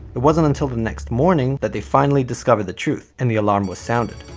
it wasn't until the next morning that they finally discovered the truth, and the alarm was sounded.